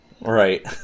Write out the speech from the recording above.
Right